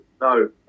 No